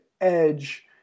Edge